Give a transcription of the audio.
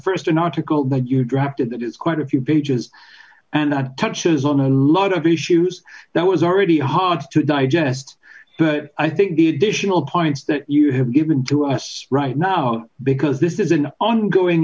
first an article that you drafted that is quite a few pages and that touches on a lot of issues that was already hard to digest but i think the additional points that you have given to us right now because this is an ongoing